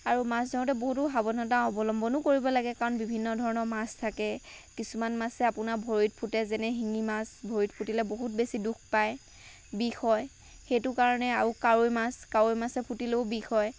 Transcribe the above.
আৰু মাছ ধৰোঁতে বহুতো সাৱধানতা অৱলম্বনো কৰিব লাগে কাৰণ বিভিন্ন ধৰণৰ মাছ থাকে কিছুমান মাছে আপোনাৰ ভৰিত ফুটে যেনে শিঙি মাছ ভৰিত ফুটিলে বহুত বেছি দুখ পায় বিষ হয় সেইটো কাৰণে আৰু কাৱৈ মাছ কাৱৈ মাছে ফুটিলেও বিষ হয়